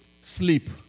sleep